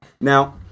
Now